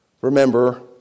Remember